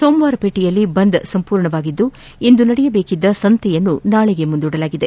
ಸೋಮವಾರಪೇಟೆಯಲ್ಲಿ ಬಂದ್ ಸಂಪೂರ್ಣವಾಗಿದ್ದು ಇಂದು ನಡೆಯಬೇಕಿದ್ದ ಸಂತೆಯನ್ನು ನಾಳೆಗೆ ಮುಂದೂಡಲಾಗಿದೆ